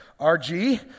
RG